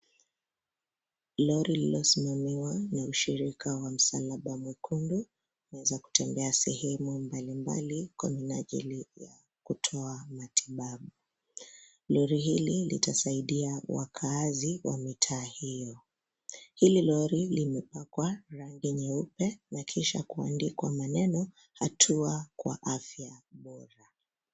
Lori lililosimamiwa na ushirika wa msalaba mwekundu umeweza kutembea sehemu mbali mbali kwa minajili ya kutoa matibabu. Lori hili litasaidia wakaazi wa mitaa hiyo. Hili lori limepakwa rangi nyeupe na kisha kuandikwa maneno hatua kwa afya bora.